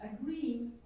agreeing